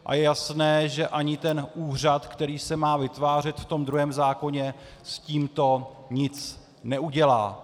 Je jasné, že ani úřad, který se má vytvářet v tom druhém zákoně, s tímto nic neudělá.